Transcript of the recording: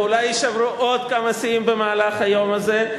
ואולי יישברו עוד כמה שיאים במהלך היום הזה,